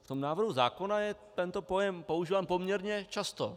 V návrhu zákona je tento pojem používán poměrně často.